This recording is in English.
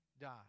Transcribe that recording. die